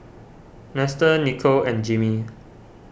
Nestor Nicole and Jimmy